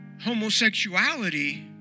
homosexuality